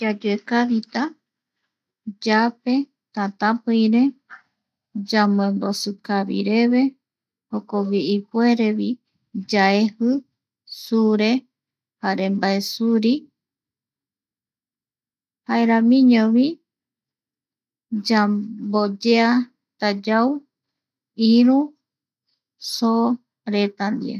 Yayoekavita, yaepe tatapii re yamboembosikavireve, jokogui ipuerevi yaeji sure jare mbaesuri jaeramiñovi yamboyeata yau iru soo reta ndie.